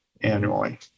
annually